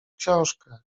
książkę